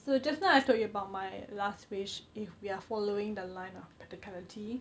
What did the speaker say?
so just now I told you about my last wish if we are following the line of the practicality